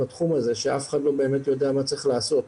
שאנשים משלמים בחיים שלהם.